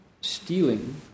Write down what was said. Stealing